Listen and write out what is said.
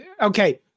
okay